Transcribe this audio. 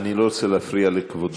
אני לא רוצה להפריע לכבודו,